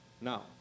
Now